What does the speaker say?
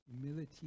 humility